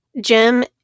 Jim